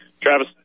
Travis